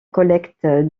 collecte